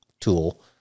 tool